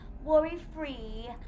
Worry-free